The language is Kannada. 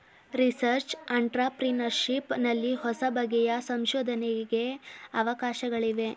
ರಿಸರ್ಚ್ ಅಂಟ್ರಪ್ರಿನರ್ಶಿಪ್ ನಲ್ಲಿ ಹೊಸಬಗೆಯ ಸಂಶೋಧನೆಗೆ ಅವಕಾಶಗಳಿವೆ